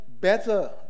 better